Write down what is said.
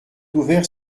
ouvert